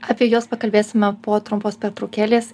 apie juos pakalbėsime po trumpos pertraukėlės